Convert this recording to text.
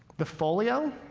the folio